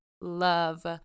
love